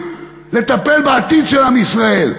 לטפל בעתיד של עם ישראל.